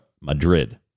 Madrid